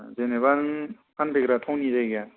जेन'बा नों फानफैग्रा थावनि जायगाया